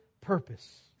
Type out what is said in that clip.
purpose